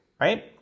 right